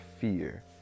fear